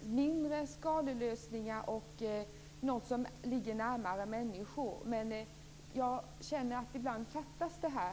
lösningar - småskalelösningar, som ligger närmare människor. Jag känner att det fattas ibland.